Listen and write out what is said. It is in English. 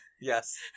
Yes